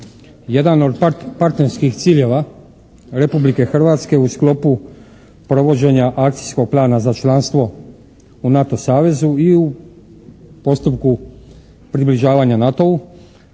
jedan od partnerskih ciljeva Republike Hrvatske u sklopu provođenja Akcijskog plana za članstvo u NATO savezu i u postupku približavanja NATO-u